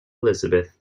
elizabeth